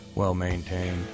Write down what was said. well-maintained